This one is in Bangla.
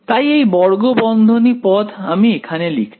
তাই এই বর্গ বন্ধনী পদ আমি এখানে লিখছি